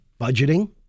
budgeting